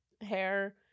hair